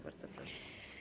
Bardzo proszę.